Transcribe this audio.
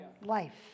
life